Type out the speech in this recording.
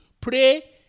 pray